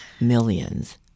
Millions